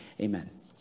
Amen